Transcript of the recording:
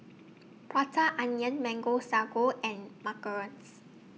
Prata Onion Mango Sago and Macarons